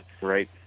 Right